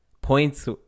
points